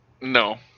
No